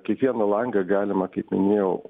kiekvieną langą galima kaip minėjau